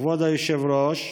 כבוד היושב-ראש,